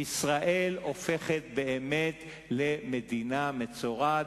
וישראל הופכת באמת למדינת מצורעת,